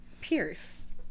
Pierce